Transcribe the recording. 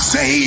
Say